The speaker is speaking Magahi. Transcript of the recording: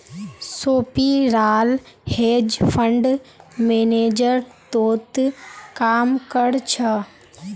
सोपीराल हेज फंड मैनेजर तोत काम कर छ